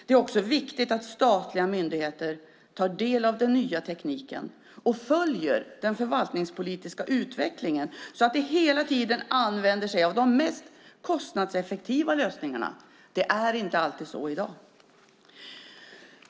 Det är också viktigt att statliga myndigheter tar del av den nya tekniken och följer den förvaltningspolitiska utvecklingen så att de hela tiden använder sig av de mest kostnadseffektiva lösningarna. Det är inte alltid så i dag.